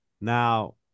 now